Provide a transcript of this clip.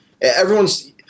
everyone's –